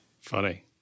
Funny